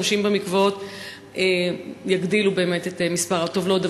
הנשים במקוואות יגדילו את מספר הטובלות,